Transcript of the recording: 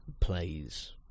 plays